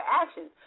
actions